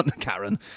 Karen